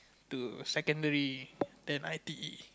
to secondary then I_T_E